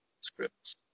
scripts